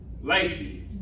Lacey